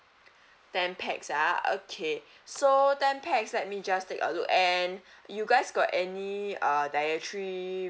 ten pax ah okay so ten pax let me just take a look and you guys got any uh dietary